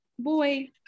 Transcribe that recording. boy